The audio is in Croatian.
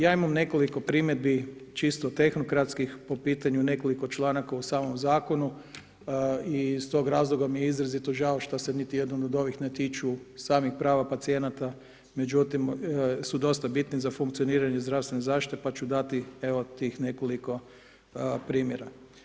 Ja imam nekoliko primjedbi, čisto tehnokratskih po pitanju nekoliko članaka u samom zakonu i iz toga razloga mi je izrazito žao što se niti jedan od ovih ne tiču samih prava pacijenata, međutim, su dosta bitni za funkcioniranje zdravstvene zaštite, pa ću dati, evo tih nekoliko primjera.